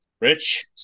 Rich